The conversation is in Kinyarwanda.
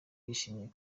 yishimye